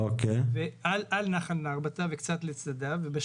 על נחל נרבתא וקצת לצדדיו.